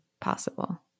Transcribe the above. possible